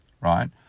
right